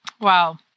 Wow